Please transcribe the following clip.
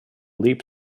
leap